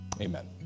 Amen